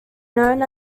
known